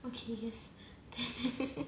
okay yes